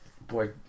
Boy